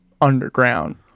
underground